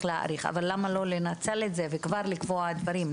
להאריך אבל למה לא לנצל את זה וכבר לקבוע דברים,